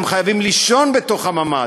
הם חייבים לישון בתוך הממ"ד,